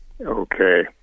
Okay